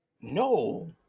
No